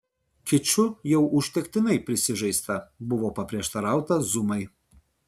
kiču jau užtektinai prisižaista buvo paprieštarauta zumai